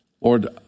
Lord